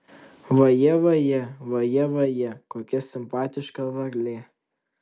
vajė vajė vajė vajė kokia simpatiška varlė